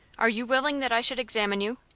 are you willing that i should examine you?